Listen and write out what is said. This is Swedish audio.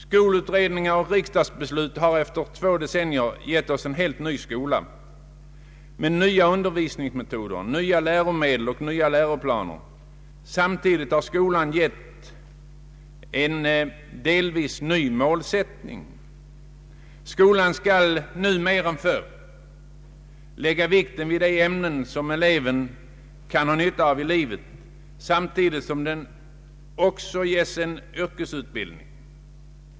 Skolutredningar och riksdagsbeslut har efter två decennier gett oss en helt ny skola med nya undervisningsmetoder, nya läromedel och nya läroplaner. Samtidigt har skolan fått en delvis ny målsättning. Skolan skall nu mer än förr lägga vikten vid de ämnen som eleven kan ha nytta av i livet, samtidigt som det ges en yrkesutbildning.